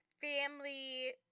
family